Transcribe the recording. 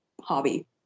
hobby